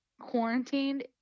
quarantined